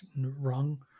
Wrong